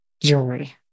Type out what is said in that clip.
joy